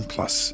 Plus